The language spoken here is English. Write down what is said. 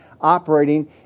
operating